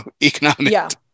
economic